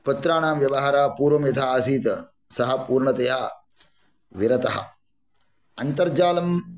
पत्राणां व्यवहारः पूर्वं यथा आसीत् सः पूर्णतया विरतः अन्तर्जालं